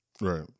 right